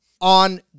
on